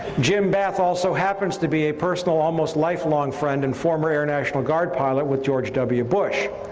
jim bath also happens to be a personal, almost life-long friend and former international guard pilot, with george w. bush.